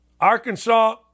Arkansas